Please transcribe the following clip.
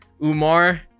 Umar